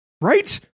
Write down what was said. Right